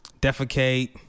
defecate